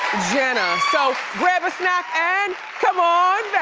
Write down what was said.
jenna, so grab a snack and come on